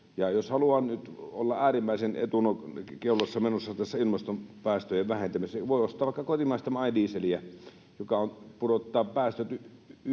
jos haluan nyt olla äärimmäisen etukeulassa menossa tässä ilmastopäästöjen vähentämisessä, niin voin ostaa vaikka kotimaista MY-dieseliä, joka pudottaa päästöt yhteen